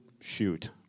shoot